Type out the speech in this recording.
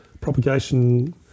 propagation